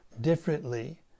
differently